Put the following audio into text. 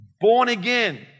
born-again